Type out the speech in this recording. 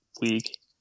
week